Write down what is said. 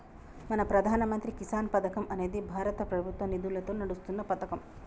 మన ప్రధాన మంత్రి కిసాన్ పథకం అనేది భారత ప్రభుత్వ నిధులతో నడుస్తున్న పతకం